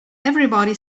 everybody